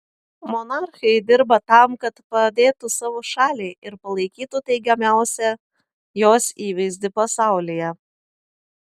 monarchai dirba tam kad padėtų savo šaliai ir palaikytų teigiamiausią jos įvaizdį pasaulyje